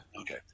Okay